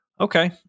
Okay